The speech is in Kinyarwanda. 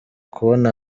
kubona